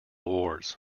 awards